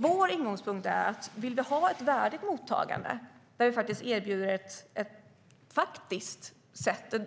Vår ingång är att om du vill ha ett värdigt mottagande där vi erbjuder en